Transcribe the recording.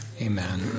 amen